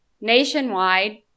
nationwide